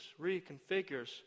reconfigures